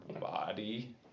body